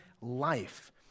life